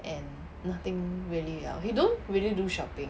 and nothing really liao he don't really do shopping